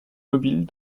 mobiles